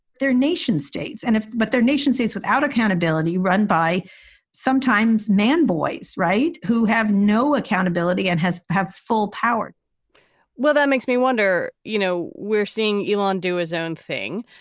they're nation states and but their nation states without accountability, run by sometimes man voice. right. who have no accountability and has have full power well, that makes me wonder. you know, we're seeing ilan do his own thing.